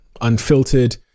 unfiltered